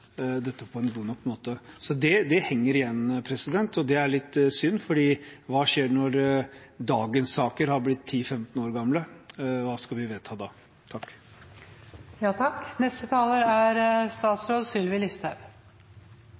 dette på en god nok måte. Det henger igjen, og det er litt synd, for hva skjer når dagens saker har blitt 10–15 år gamle? Hva skal vi vedta da?